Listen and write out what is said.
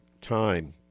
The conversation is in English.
time